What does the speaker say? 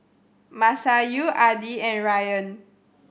Masayu Adi and Ryan